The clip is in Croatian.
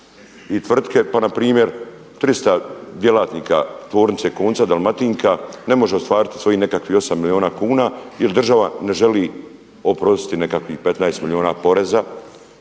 i tvrtke pa npr. 300 djelatnika tvornice konca Dalmatinka ne može ostvariti nekakvih 8 milijuna kuna jer država ne želi oprostiti nekakvih 15 milijuna poreza.